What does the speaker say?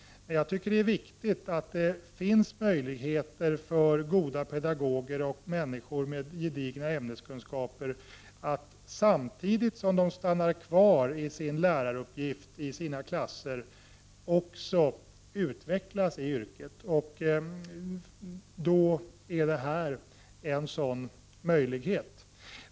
Jag tycker att det är viktigt att det finns möjligheter för goda pedagoger och människor med gedigna ämneskunskaper att samtidigt som de stannar kvar i sin läraruppgift i sina klasser utveckla sig i yrket. Att införa dessa tjänster skulle ge en sådan möjlighet.